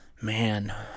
Man